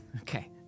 Okay